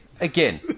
again